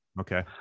Okay